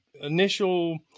initial